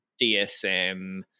DSM